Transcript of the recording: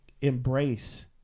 embrace